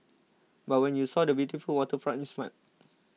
but when you saw the beautiful waterfront you smiled